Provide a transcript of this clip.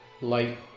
light